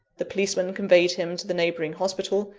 the policeman conveyed him to the neighbouring hospital,